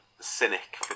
Cynic